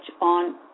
on